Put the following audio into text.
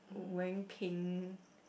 w~ wearing pink